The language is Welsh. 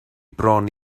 bron